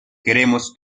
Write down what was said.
queremos